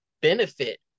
benefit